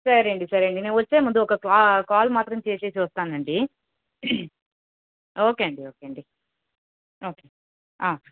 సరే అండి సరే అండి నేను వచ్చేముందు ఒక కా కాల్ మాత్రం చేసి వస్తానండి ఓకే అండి ఓకే అండి ఓకే